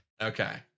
Okay